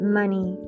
money